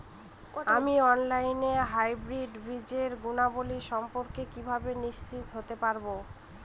আমি অনলাইনে হাইব্রিড বীজের গুণাবলী সম্পর্কে কিভাবে নিশ্চিত হতে পারব?